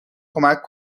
کمک